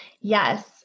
Yes